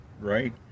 right